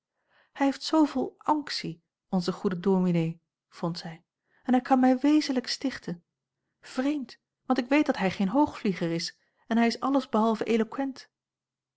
hij heeft zooveel onctie onze goede dominee vond zij en hij kan mij wezenlijk stichten vreemd want ik weet dat hij geen hoogvlieger is en hij is alles behalve